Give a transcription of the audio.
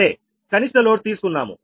సరే కనిష్ట లోడ్ తీసుకున్నాము